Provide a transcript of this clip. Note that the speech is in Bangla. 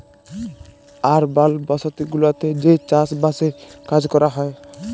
আরবাল বসতি গুলাতে যে চাস বাসের কাজ ক্যরা হ্যয়